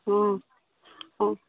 অঁ